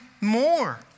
more